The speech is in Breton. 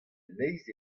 leizh